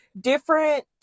different